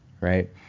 Right